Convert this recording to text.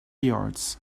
yards